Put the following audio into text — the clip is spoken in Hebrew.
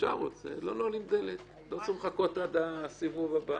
לא צריך לחכות עד הסיבוב הבא